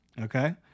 okay